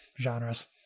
genres